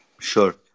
Sure